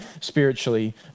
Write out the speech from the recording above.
spiritually